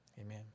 Amen